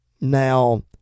Now